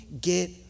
get